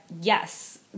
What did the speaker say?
yes